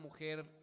mujer